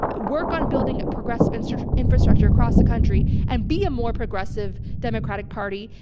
work on building progressive and sort of infrastructure across the country and be a more progressive democratic party,